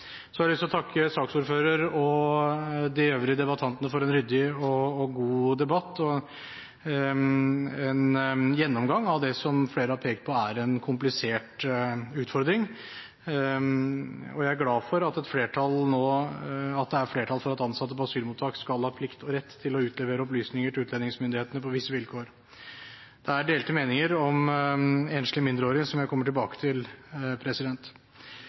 Så har jeg lyst til å takke saksordføreren og de øvrige debattantene for en ryddig og god debatt, og en gjennomgang av det som flere har pekt på er en komplisert utfordring. Jeg er glad for at det nå er flertall for at ansatte på asylmottak skal ha plikt og rett til å utlevere opplysninger til utlendingsmyndighetene på visse vilkår. Det er delte meninger om enslige mindreårige, som jeg kommer tilbake til.